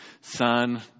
son